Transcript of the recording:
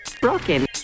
Broken